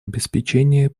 обеспечении